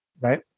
right